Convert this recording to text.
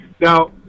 now